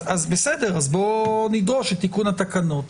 אז בואו נדרוש את תיקון התקנות.